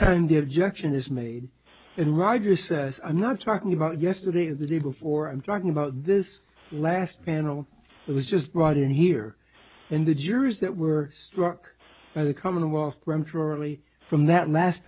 time the objection is made and roger says i'm not talking about yesterday or the day before i'm talking about this last panel it was just brought in here and the jurors that were struck by the commonwealth regularly from that last